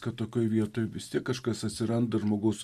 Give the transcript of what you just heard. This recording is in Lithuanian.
kad tokioj vietoj vis tiek kažkas atsiranda žmogaus